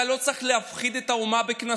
אתה לא צריך להפחיד את האומה בקנסות,